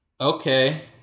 Okay